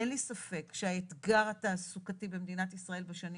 אין לי ספק שהאתגר התעסוקתי במדינת ישראל בשנים